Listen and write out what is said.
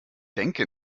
denke